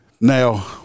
Now